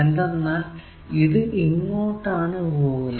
എന്തെന്നാൽ ഇത് ഇങ്ങോട്ടാണ് പോകുന്നത്